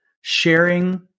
sharing